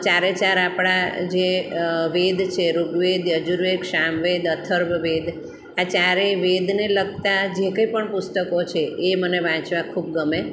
ચારે ચાર આપણા જે વેદ છે ઋગ્વેદ યજુર્વેદ સામવેદ અથર્વવેદ આ ચારે વેદને લગતા જે કંઈ પણ પુસ્તકો છે એ મને વાંચવા ખૂબ ગમે